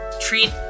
treat